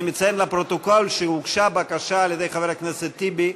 אני מציין לפרוטוקול שהוגשה בקשה על-ידי חבר הכנסת טיבי,